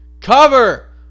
Cover